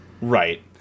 Right